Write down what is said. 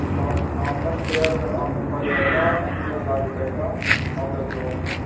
نا normal fare آپ کو پڑ جائے گا اَسی ہزار روپیے کا نو دس لوگوں کا